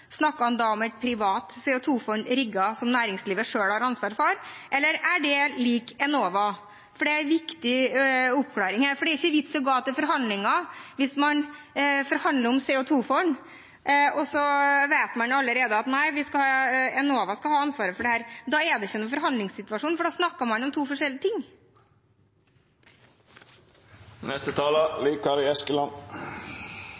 et privat rigget CO 2 -fond som næringslivet selv har ansvar for, eller er det lik Enova? Det er en viktig oppklaring, for det er ingen vits i å gå til forhandlinger hvis man forhandler om CO 2 -fond og allerede vet at Enova skal ha ansvaret for dette. Da er det ingen forhandlingssituasjon, for da snakker man om to forskjellige